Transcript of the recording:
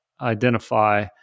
identify